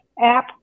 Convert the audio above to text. app